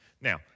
Now